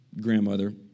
grandmother